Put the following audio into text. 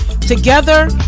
Together